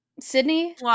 Sydney